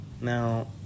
Now